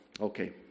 okay